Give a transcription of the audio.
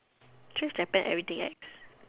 choose Japan everything ex